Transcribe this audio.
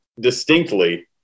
distinctly